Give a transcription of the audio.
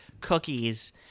cookies